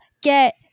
get